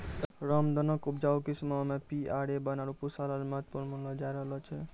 रामदाना के उपजाऊ किस्मो मे पी.आर.ए वन, आरु पूसा लाल महत्वपूर्ण मानलो जाय रहलो छै